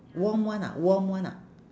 warm one ah warm one ah